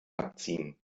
abziehen